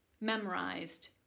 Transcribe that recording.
memorized